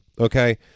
okay